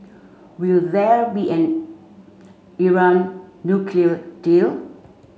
will where be an Iran nuclear deal